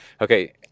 okay